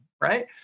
Right